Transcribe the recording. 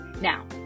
Now